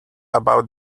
about